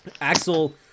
Axel